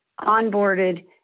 onboarded